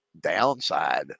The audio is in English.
downside